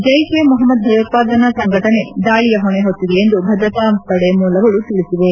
ಜೈಶ್ ಎ ಮೊಹಮ್ಮದ್ ಭಯೋತ್ವಾದನಾ ಸಂಘಟನೆ ದಾಳಿಯ ಹೊಣೆ ಹೊತ್ತಿದೆ ಎಂದು ಭದ್ರತಾಪಡೆ ಮೂಲಗಳು ತಿಳಿಸಿವೆ